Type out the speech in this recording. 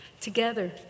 together